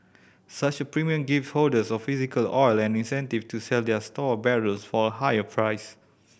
such a premium give holders of physical oil an incentive to sell their stored barrels for a higher price